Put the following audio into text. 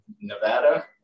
Nevada